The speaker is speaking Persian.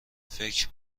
فکری